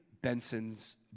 Benson's